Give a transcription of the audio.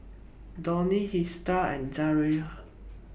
Donny Hester and Zaire